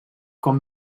com